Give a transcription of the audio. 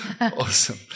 Awesome